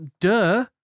duh